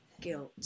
guilt